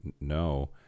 no